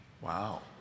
Wow